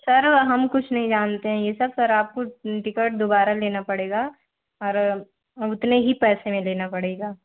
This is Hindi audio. सर हम कुछ नहीं जानते हैं ये सब सर आपको टिकट दोबारा लेना पड़ेगा और उतने ही पैसे में लेना पड़ेगा